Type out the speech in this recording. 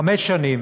חמש שנים,